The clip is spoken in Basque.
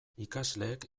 ikasleek